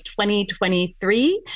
2023